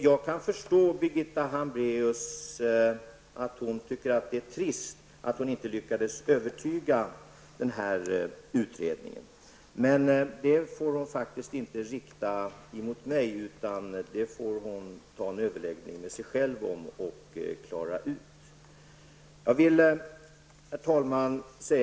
Jag kan förstå att Birgitta Hambraeus tycker att det är trist att hon inte lyckades övertyga utredningen. Men den besvikelsen får hon inte rikta mot mig, utan det får hon klara ut i en överläggning med sig själv. Herr talman!